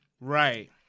Right